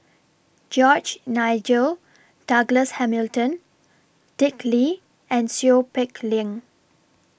George Nigel Douglas Hamilton Dick Lee and Seow Peck Leng